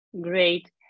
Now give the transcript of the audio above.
Great